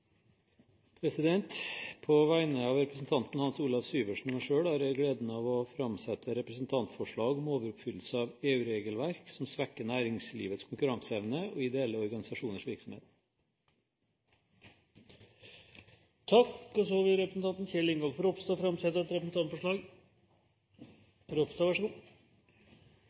På vegne av representanten Hans Olav Syversen og meg selv har jeg gleden av å framsette representantforslag om overoppfyllelse av EU-regelverk som svekker næringslivets konkurranseevne og ideelle organisasjoners virksomhet. Så vil representanten Kjell Ingolf Ropstad framsette et representantforslag.